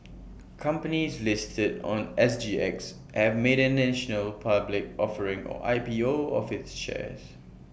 companies listed on S G X have made an initial public offering or I P O of its shares